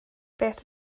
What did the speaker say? beth